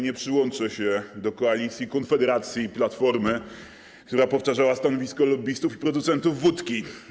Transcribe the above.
Nie przyłączę się do koalicji Konfederacji i Platformy, która powtarzała stanowisko lobbystów i producentów wódki.